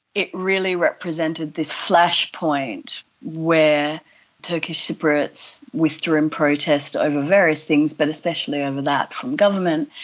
it really represented this flash point where turkish cypriots withdrew in protest over various things, but especially over that from government.